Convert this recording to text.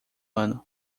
ano